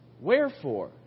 Wherefore